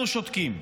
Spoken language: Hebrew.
אנחנו שותקים.